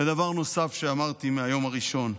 ודבר נוסף, שאמרתי מהיום הראשון,